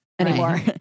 anymore